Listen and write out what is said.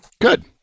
Good